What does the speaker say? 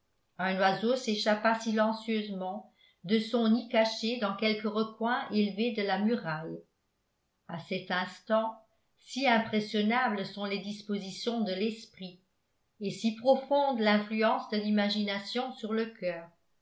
un oiseau s'échappa silencieusement de son nid caché dans quelque recoin élevé de la muraille a cet instant si impressionnables sont les dispositions de l'esprit et si profonde l'influence de l'imagination sur le cœur le